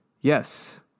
Yes